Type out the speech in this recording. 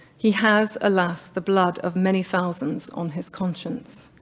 he has alas the blood of many thousands on his conscious.